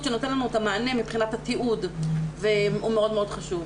שנותן לנו את המענה מבחינת התיעוד והוא מאוד חשוב.